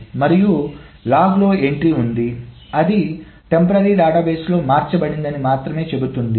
మరియు లాగ్లో ఎంట్రీ ఉంది అది తాత్కాలిక డేటాబేస్ లో మార్చబడిందని మాత్రమే చెబుతుంది